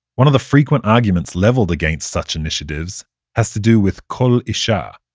one of the frequent arguments leveled against such initiatives has to do with kol isha,